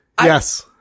yes